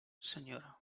senyora